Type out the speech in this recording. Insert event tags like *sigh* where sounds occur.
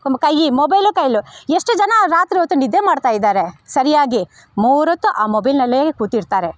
*unintelligible* ಕೈಯ್ಯಿ mobile ಕೈಲೂ ಎಷ್ಟು ಜನ ರಾತ್ರಿ ಹೊತ್ತು ನಿದ್ದೆ ಮಾಡ್ತಾಯಿದ್ದಾರೆ ಸರಿಯಾಗಿ ಮೂರೊತ್ತು ಆ ಮೊಬೈಲ್ನಲ್ಲೇ ಕೂತಿರ್ತಾರೆ